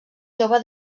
jove